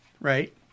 right